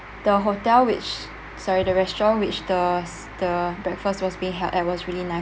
the hotel which sorry the restaurant which the the breakfast was being held at was really nice